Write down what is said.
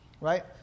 right